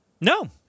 No